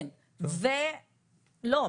לא,